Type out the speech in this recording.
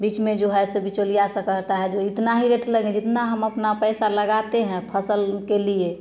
बीच में जो है से बिचौलिया से कहता है जो इतना ही रेट लगे जितना हम अपना पैसा लगाते हैं फसल के लिए